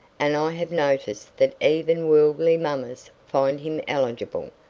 and i have noticed that even worldly mammas find him eligible.